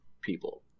people